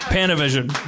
Panavision